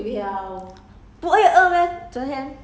所以我买这个昨天你都不要吃